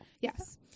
Yes